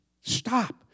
Stop